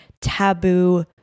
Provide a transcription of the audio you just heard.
taboo